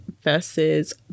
Versus